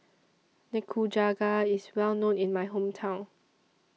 Nikujaga IS Well known in My Hometown